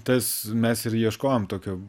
tas mes ir ieškojom tokio